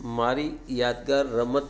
મારી યાદગાર રમત